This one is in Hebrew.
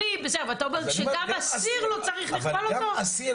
אבל אתה אומר שלא צריך לכבול גם אסיר.